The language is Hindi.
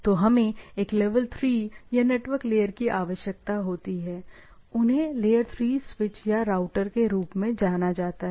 तो हमें एक लेवल 3 या नेटवर्क लेयर की आवश्यकता होती है उन्हें लेयर 3 स्विच या राउटर के रूप में जाना जाता है